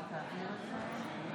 (קוראת בשמות חברי הכנסת)